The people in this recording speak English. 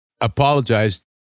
apologized